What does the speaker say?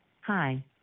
Hi